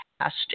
past